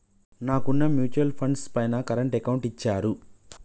నాకున్న mutual funds పైన current account ఇచ్చారు